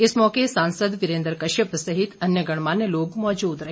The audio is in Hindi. इस मौके सांसद वीरेन्द्र कश्यप सहित अन्य गणमान्य लोग मौजूद रहे